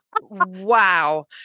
Wow